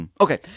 Okay